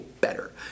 better